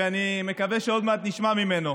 ואני מקווה שעוד מעט נשמע ממנו.